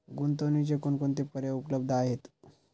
गुंतवणुकीचे कोणकोणते पर्याय उपलब्ध आहेत?